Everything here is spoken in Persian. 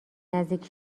نزدیک